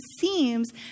seems